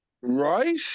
Right